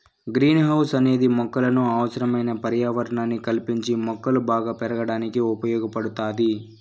green house అనేది మొక్కలకు అవసరమైన పర్యావరణాన్ని కల్పించి మొక్కలు బాగా పెరగడానికి ఉపయోగ పడుతాది